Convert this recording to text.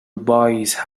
voice